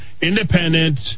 independent